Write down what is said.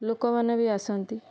ଲୋକମାନେ ବି ଆସନ୍ତି